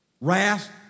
Wrath